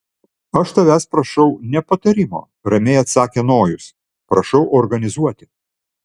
aš tavęs prašau ne patarimo ramiai atsakė nojus prašau organizuoti